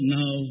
now